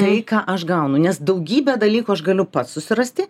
tai ką aš gaunu nes daugybę dalykų aš galiu pats susirasti